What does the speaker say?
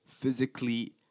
physically